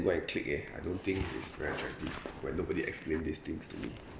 go and click eh I don't think it's very attractive when nobody explain these things to me